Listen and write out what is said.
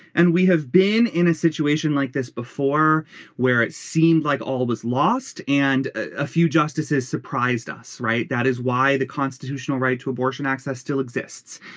and we have been in a situation like this before where it seemed like all was lost and a few justices surprised us. right. that is why the constitutional right to abortion access still exists.